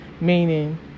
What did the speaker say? Meaning